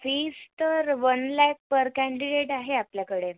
fees तर one lakh per candidate आहे आपल्याकडे